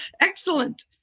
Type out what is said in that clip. Excellent